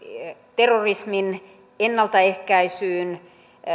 terrorismin ennaltaehkäisyyn on